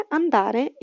andare